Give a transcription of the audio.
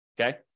okay